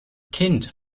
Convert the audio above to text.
kind